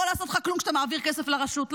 לעשות לך כלום כשאתה מעביר כסף לרשות.